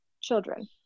children